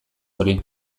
hori